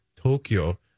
Tokyo